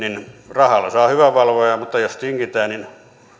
rahalla saa hyvän valvojan mutta jos tingitään niin